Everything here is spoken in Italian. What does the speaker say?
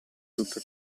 tutto